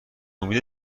امید